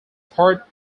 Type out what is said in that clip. part